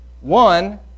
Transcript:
one